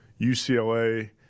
UCLA